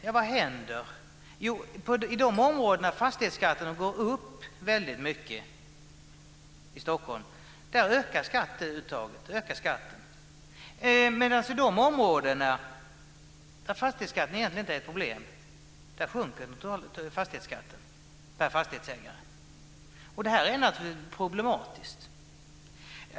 Jo, i de områden där fastighetsskatten går upp väldigt mycket, i Stockholm, ökar skatten. Men i de områden där fastighetsskatten egentligen inte är ett problem minskar fastighetsskatten per fastighetsägare. Detta är naturligtvis problematiskt.